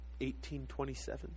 1827